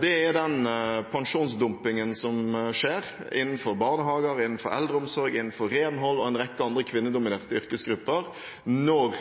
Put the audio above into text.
Det er den pensjonsdumpingen som skjer innenfor barnehager, innenfor eldreomsorgen, innenfor renhold og en rekke andre kvinnedominerte yrkesgrupper når